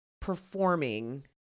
performing